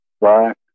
black